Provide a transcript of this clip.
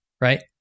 Right